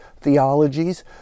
theologies